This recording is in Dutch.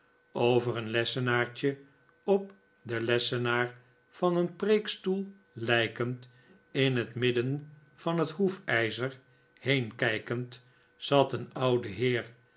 over een lessenaartje op den lessenaar van een preekstoel lijkend in het midden van het hoefijzer heen kijkend zat een oude heer